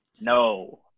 No